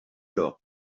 alors